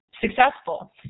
successful